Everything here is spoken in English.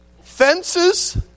Fences